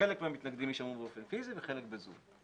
שחלק מהמתנגדים יישארו באופן פיסי וחלק ב"זום".